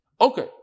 Okay